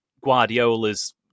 Guardiola's